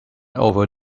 over